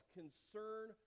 concern